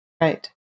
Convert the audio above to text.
Right